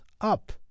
up